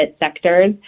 sectors